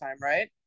right